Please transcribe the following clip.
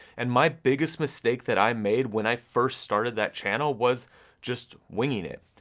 and my biggest mistake that i made, when i first started that channel, was just winging it.